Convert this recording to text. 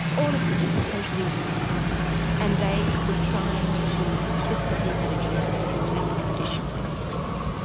all of which is totally erroneous and they were trying to insist that he had a genetic test as a condition of his parole.